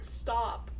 stop